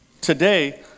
Today